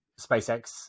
SpaceX